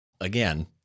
again